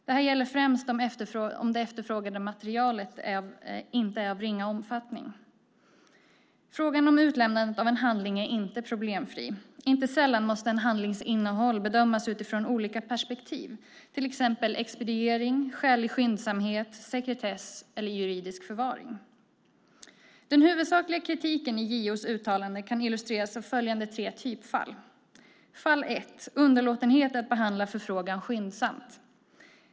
Det här gäller främst om det efterfrågade materialet inte är av ringa omfattning. Frågan om utlämnandet av en handling är inte problemfri. Inte sällan måste en handlings innehåll bedömas utifrån olika perspektiv, till exempel expediering, skälig skyndsamhet, sekretess eller juridisk förvaring. Den huvudsakliga kritiken i JO:s uttalande kan illustreras av följande tre typfall. Fall 1: underlåtenhet att behandla frågan skyndsamt.